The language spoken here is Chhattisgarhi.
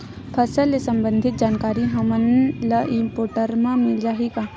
फसल ले सम्बंधित जानकारी हमन ल ई पोर्टल म मिल जाही का?